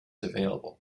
available